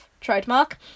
trademark